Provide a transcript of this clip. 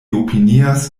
opinias